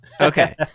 Okay